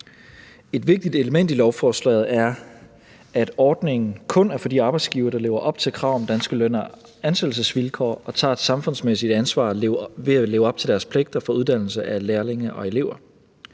Et vigtigt element i lovforslaget er, at ordningen kun er for de arbejdsgivere, der lever op til kravet om danske løn- og ansættelsesvilkår og tager et samfundsmæssigt ansvar ved at leve op til deres pligter om uddannelse af lærlinge og elever.